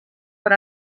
per